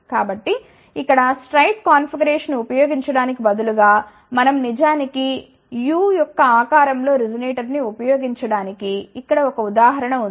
కాబట్టిఇక్కడ straight configuration ని ఉపయోగించడానికి బదులుగా మనం నిజానికి U యొక్క ఆకారం లో రెసొనెట్ర్స్ ని ఉపయోగించడానికి ఇక్కడ ఒక ఉదాహరణ ఉంది